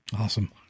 Awesome